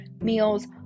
meals